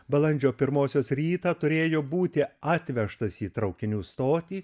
balandžio pirmosios rytą turėjo būti atvežtas į traukinių stotį